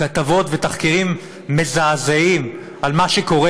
כתבות ותחקירים מזעזעים על מה שקורה